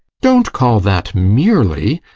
don't call that merely!